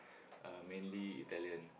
uh mainly Italian